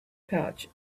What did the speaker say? pouch